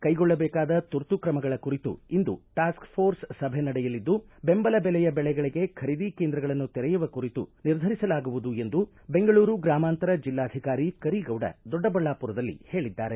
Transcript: ಕೈಗೊಳ್ಳಬೇಕಾದ ತುರ್ತು ಕ್ರಮಗಳ ಕುರಿತು ಇಂದು ಟಾಸ್ಕ್ ಪೋರ್ಸ್ ಸಭೆ ನಡೆಯಲಿದ್ದು ಬೆಂಬಲ ಬೆಲೆಯ ಬೆಳೆಗಳಿಗೆ ಖರೀದಿ ಕೇಂದ್ರಗಳನ್ನು ತೆರೆಯುವ ಕುರಿತು ನಿರ್ಧರಿಸಲಾಗುವುದು ಎಂದು ಬೆಂಗಳೂರು ಗ್ರಾಮಾಂತರ ಜಿಲ್ಲಾಧಿಕಾರಿ ಕರೀಗೌಡ ದೊಡ್ಡಬಳ್ಳಾಮರದಲ್ಲಿ ಹೇಳಿದ್ದಾರೆ